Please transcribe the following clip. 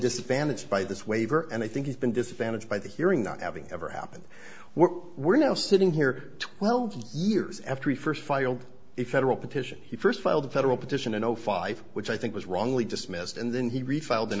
disadvantaged by this waiver and i think he's been disadvantaged by the hearing that having ever happened we're we're now sitting here twelve years after we first filed a federal petition he first filed a federal petition a no fly which i think was wrongly dismissed and then he refiled